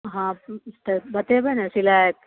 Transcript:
हॅं तऽ बतेबै ने सिलाइ